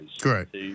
Correct